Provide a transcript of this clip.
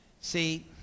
See